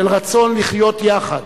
של רצון לחיות יחד,